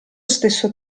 stesso